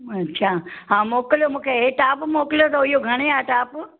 अच्छा हा मोकिलियो मूंखे हे टॉप मोकिलियो अथव इहो घणे आहे टॉप